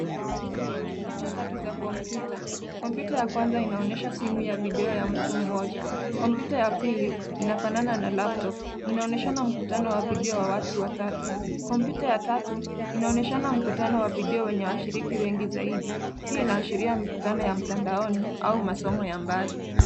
Picha tatu za kompyuta. Kompyuta ya kwanza inaonyesha simu ya video ya mtu mmoja. Kompyuta ya pili inafanana na laptop , inaonyeshana mkutano wa video ya watu watatu. Kompyuta ya tatu inaonyeshana mkutano wa video, yenye washiriki wengi zaidi. Hii inaashiria mikutano ya mtandaoni au masomo ya mbali.